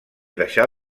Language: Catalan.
deixar